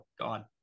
God